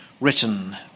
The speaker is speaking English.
written